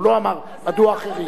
הוא לא אמר מדוע אחרים.